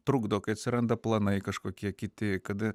trukdo kai atsiranda planai kažkokie kiti kad